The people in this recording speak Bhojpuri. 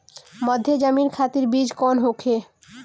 मध्य जमीन खातिर बीज कौन होखे?